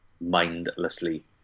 mindlessly